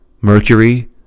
Mercury